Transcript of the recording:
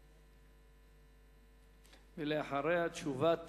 ואחריה, תשובת